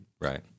Right